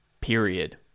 Period